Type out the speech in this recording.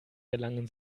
gelangen